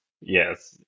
yes